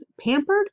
pampered